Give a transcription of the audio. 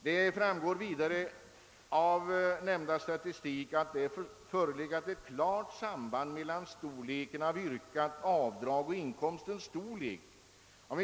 Det framgår vidare av nämnda statistik att det förelegat ett klart samband mellan storleken av yrkat avdrag och inkomstens storlek.